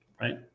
right